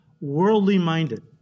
worldly-minded